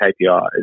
KPIs